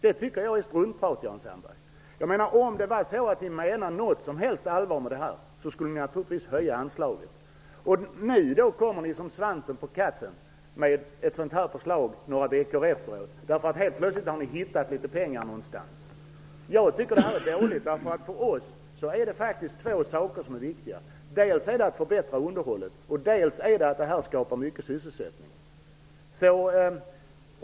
Det är struntprat, Jan Sandberg. Om ni menar något som helst allvar med detta, skulle ni naturligtvis höja anslaget. Nu kommer ni några veckor efteråt som svansen på katten och lägger fram ett sådant här förslag. Helt plötsligt har ni hittat pengar någonstans. Jag tycker att detta är dåligt. För oss är det två saker som är viktiga, dels att förbättra underhållet, dels att skapa sysselsättning.